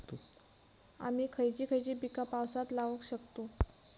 आम्ही खयची खयची पीका पावसात लावक शकतु?